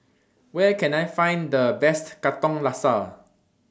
Where Can I Find The Best Katong Laksa